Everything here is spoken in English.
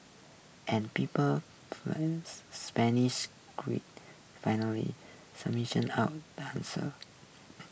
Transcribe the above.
and people Spanish finally out the answer